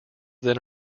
then